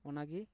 ᱚᱱᱟ ᱜᱮ